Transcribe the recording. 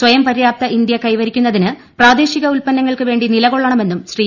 സ്വയം പര്യാപ്ത ഇന്ത്യ കൈവരിക്കുന്നതിന് പ്രാർദ്ദേശിക ഉത്പന്നങ്ങൾക്ക് വേണ്ടി നിലകൊള്ളൂണ്മെന്നും ശ്രീ